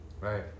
Right